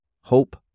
hope